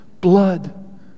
blood